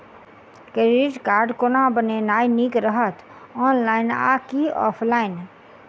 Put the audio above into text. Credit card कोना बनेनाय नीक रहत? ऑनलाइन आ की ऑफलाइन?